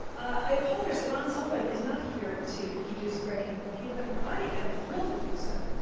i apologize that ron sullivan is not here to introduce greg hampikian, but i am thrilled to do so.